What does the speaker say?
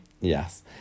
Yes